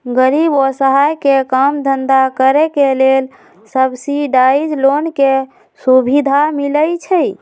गरीब असहाय के काज धन्धा करेके लेल सब्सिडाइज लोन के सुभिधा मिलइ छइ